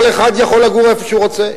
כל אחד יכול לגור איפה שהוא רוצה,